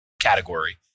category